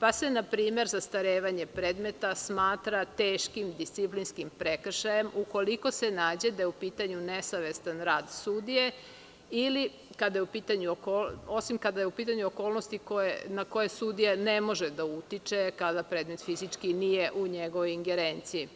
pa se na primer zastarevanje predmeta smatra teškim disciplinskim prekršajem ukoliko se nađe da je u pitanju nesavestan rad sudije, osim kada su u pitanju okolnosti na koje sudija ne može da utiče, kada predmet fizički nije u njegovoj ingerenciji.